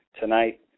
tonight